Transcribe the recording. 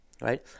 right